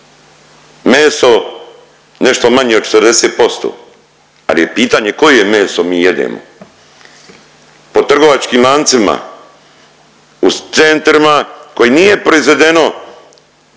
Meso nešto manje od 40% ali je pitanje koje meso mi jedemo. Po trgovačkim lancima u centrima koje nije proizvedeno